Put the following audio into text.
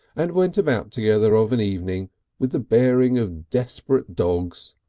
and went about together of an evening with the bearing of desperate dogs.